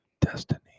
destiny